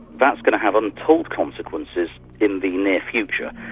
that's going to have untold consequences in the near future.